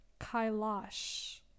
Kailash